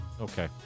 Okay